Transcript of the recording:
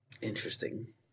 Interesting